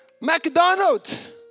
McDonald's